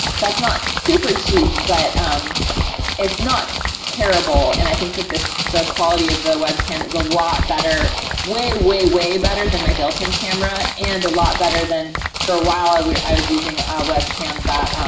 that's not super cheap, but it's not terrible. and i think that this, the quality of the webcam is a lot better way, way, way better than my built-in camera and a lot better than for awhile ah i was using ah a web cam that